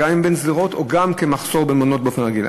גם בשדרות וגם מחסור במעונות באופן רגיל.